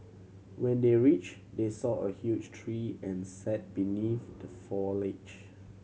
when they are reached they saw a huge tree and sat beneath the foliage